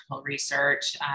research